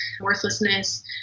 worthlessness